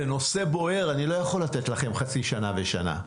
זה נושא בוער, אני לא יכול לתת לכם חצי שנה ושנה.